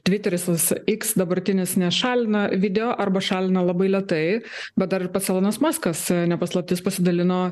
tviteris tas iks dabartinis nešalina video arba šalina labai lėtai bet dar ir pats elonas maskas ne paslaptis pasidalino